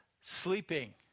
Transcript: sleeping